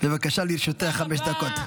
בבקשה, לרשותך חמש דקות.